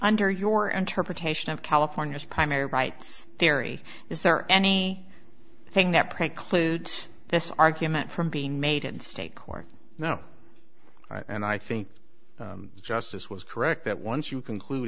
under your interpretation of california's primary rights there it is there any thing that precludes this argument from being made in state court no and i think justice was correct that once you conclude